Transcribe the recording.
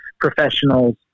professionals